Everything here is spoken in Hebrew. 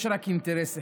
יש רק אינטרס אחד: